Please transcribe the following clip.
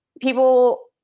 people